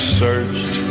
searched